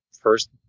first